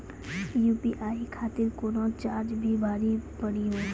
UPI खातिर कोनो charge भी भरी पड़ी हो?